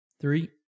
Three